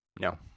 no